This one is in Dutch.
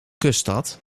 kuststad